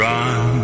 Run